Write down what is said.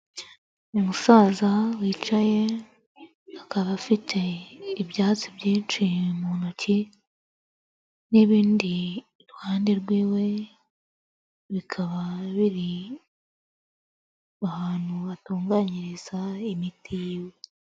Ni umusaza wicaye akaba afite ibyatsi byinshi mu ntoki n'ibindi iruhande rw'iwe, bikaba biri ahantu atunganyiriza imiti y'iwe.